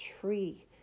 tree